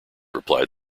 replied